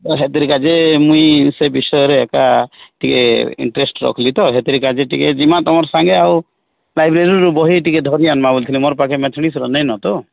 ତ ହେଥିର କାଜେ ମୁଇଁ ସେ ବିଷୟରେ ଏକା ଟିକେ ଇନଟ୍ରେଷ୍ଟ ରଖୁଛି ତ ହେଥିର କାଜେ ଟିକେ ଜିମା ତମର ସାଙ୍ଗେ ଆଉ ଲାଇବ୍ରେରୀରୁ ବହି ଟିକେ ଧରି ଆନବା ବୋଲୁଥିଲି ମୋର ପାଖେ ମ୍ୟାଥମେଟିକ୍ସର ନାଇଁ ନ ତ